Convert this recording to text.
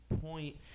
point